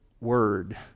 word